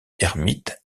ermite